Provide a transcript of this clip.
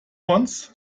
once